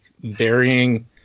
varying